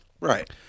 Right